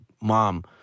mom